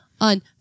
on